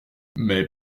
mais